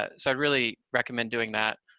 ah so i really recommend doing that.